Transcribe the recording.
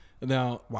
Now